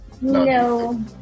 no